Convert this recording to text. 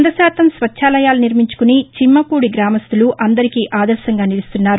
వంద శాతం స్వచ్చాలయాలు నిర్మించుకుని చిమ్మపూడి గ్రామస్తులు అందరికీ ఆదర్భంగా నిలుస్తున్నారు